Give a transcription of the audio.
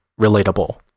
relatable